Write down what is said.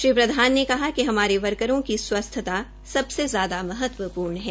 श्री प्रधान ने कहा कि हमारे वर्करों की स्वस्थ्ता सबसे ज्यादा महत्वपूर्ण है